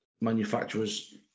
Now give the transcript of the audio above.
manufacturers